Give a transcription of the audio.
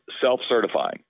self-certifying